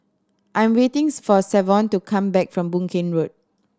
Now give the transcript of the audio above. I am waiting's for Savon to come back from Boon Keng Road